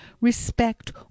respect